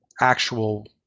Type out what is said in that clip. actual